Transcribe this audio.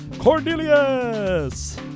Cornelius